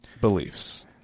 beliefs